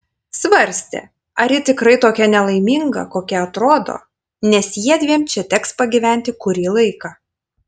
svarstė ar ji tikrai tokia nelaiminga kokia atrodo nes jiedviem čia teks pagyventi kurį laiką